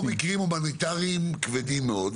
או מקרים הומניטריים כבדים מאוד.